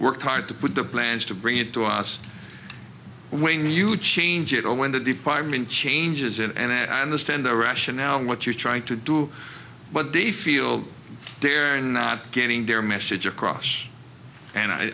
worked hard to put the plans to bring it to us when you change it or when the department changes and i understand their rationale and what you're trying to do but they feel they're not getting their message across and